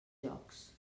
jocs